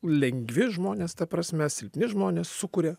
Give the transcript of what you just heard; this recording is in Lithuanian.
lengvi žmonės ta prasme silpni žmonės sukuria